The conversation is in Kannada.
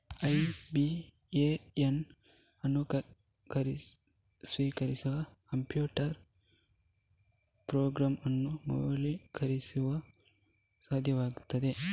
ಐ.ಬಿ.ಎ.ಎನ್ ಅನ್ನು ಸ್ವೀಕರಿಸುವ ಕಂಪ್ಯೂಟರ್ ಪ್ರೋಗ್ರಾಂ ಅನ್ನು ಮೌಲ್ಯೀಕರಿಸಲು ಸಾಧ್ಯವಾಗುತ್ತದೆ